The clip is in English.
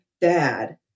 dad